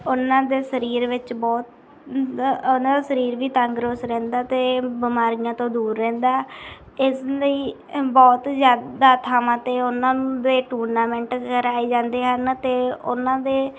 ਉਹਨਾਂ ਦੇ ਸਰੀਰ ਵਿੱਚ ਬਹੁਤ ਉਹਨਾਂ ਦਾ ਸਰੀਰ ਵੀ ਤੰਦਰੁਸਤ ਰਹਿੰਦਾ ਅਤੇ ਬਿਮਾਰੀਆਂ ਤੋਂ ਦੂਰ ਰਹਿੰਦਾ ਇਸ ਲਈ ਬਹੁਤ ਜ਼ਿਆਦਾ ਥਾਵਾਂ 'ਤੇ ਉਹਨਾਂ ਦੇ ਟੂਰਨਾਮੈਂਟ ਕਰਾਏ ਜਾਂਦੇ ਹਨ ਅਤੇ ਉਹਨਾਂ ਦੇ